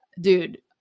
Dude